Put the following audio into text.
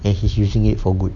then he's using it for good